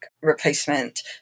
replacement